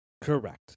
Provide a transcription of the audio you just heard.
Correct